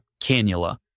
cannula